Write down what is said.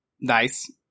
Nice